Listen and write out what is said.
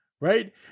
right